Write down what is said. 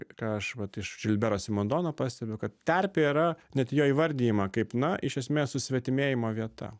ką aš vat iš žilbero simondono pastebiu kad terpė yra net jo įvardijama kaip na iš esmės susvetimėjimo vieta